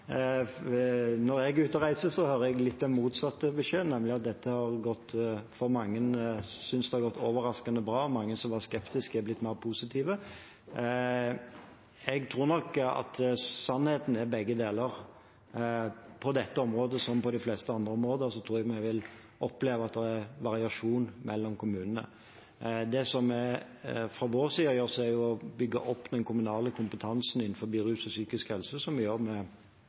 jeg litt av den motsatte beskjed, nemlig at mange synes det har gått overraskende bra. Mange som var skeptiske, er blitt mer positive. Jeg tror nok at sannheten er begge deler. På dette området, som på de fleste andre områder, tror jeg vi vil oppleve at det er variasjon kommunene imellom. Fra vår side bygger vi opp den kommunale kompetansen innenfor områdene rus og psykisk helse, som vi gjør